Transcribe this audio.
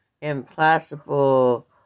implacable